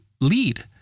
lead